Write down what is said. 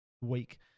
week